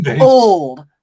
Old